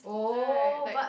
right like